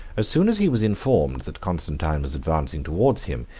as soon as he was informed that constantine was advancing towards him,